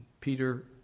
Peter